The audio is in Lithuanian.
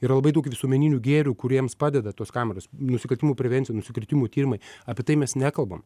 yra labai daug visuomeninių gėrių kuriems padeda tos kameros nusikaltimų prevencija nusikaltimų tyrimai apie tai mes nekalbam